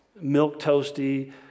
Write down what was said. milk-toasty